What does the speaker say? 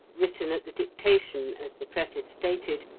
written at the dictation, as the preface stated,